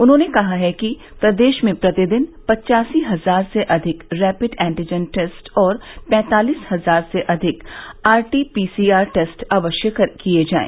उन्होंने कहा कि प्रदेश में प्रतिदिन पचासी हजार से अधिक रैपिड एन्टीजन टेस्ट और पैंतालीस हजार से अधिक आरटीपीसीआर टेस्ट अवश्य किये जाये